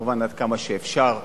עד כמה שאפשר,